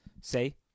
say